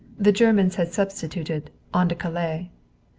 the germans had substituted on to calais!